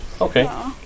Okay